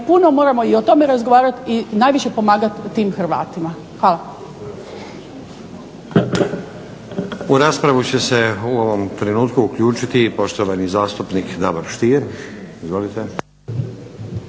da mi moramo puno o tome razgovarati i najviše pomagati tim Hrvatima. Hvala. **Stazić, Nenad (SDP)** U raspravu će se u ovom trenutku uključiti poštovani zastupnik Davor Stier. Izvolite.